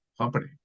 company